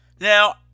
Now